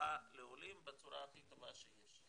הוראה לעולים בצורה הכי טוב שיש.